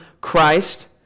Christ